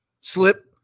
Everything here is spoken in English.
slip